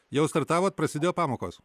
jau startavot prasidėjo pamokos